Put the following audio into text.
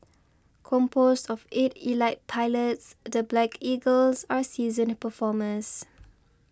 composed of eight elite pilots the Black Eagles are seasoned performers